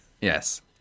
Yes